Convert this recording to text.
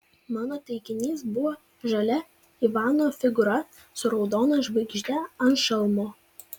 mano taikinys buvo žalia ivano figūra su raudona žvaigžde ant šalmo